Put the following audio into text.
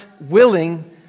willing